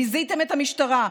ביזיתם את המשטרה,